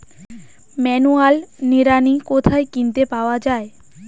Manual নিড়ানি কোথায় কিনতে পাওয়া যায়?